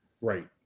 Right